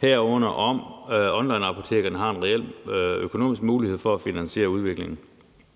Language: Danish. herunder om onlineapotekerne har en reel økonomisk mulighed for at finansiere udviklingen.